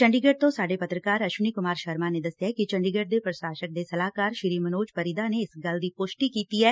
ਚੰਡੀਗੜ੍ਹ ਤੋਂ ਸਾਡੇ ਪੱਤਰਕਾਰ ਅਵਨੀ ਕੁਮਾਰ ਸ਼ਰਮਾ ਨੇ ਦਸਿਐ ਕਿ ਚੰਡੀਗੜ੍ਹ ਦੇ ਪ੍ਸ਼ਾਸਕ ਦੇ ਸਲਾਹਕਾਰ ਮਨੋਜ ਪਰਿਦਾ ਨੇ ਇਸ ਗੱਲ ਦੀ ਪੁਸ਼ਟੀ ਕੀਤੀ ਐ